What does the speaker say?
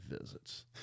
visits